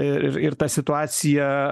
ir ir ta situacija